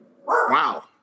wow